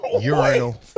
Urinal